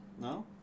No